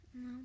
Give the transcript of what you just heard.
No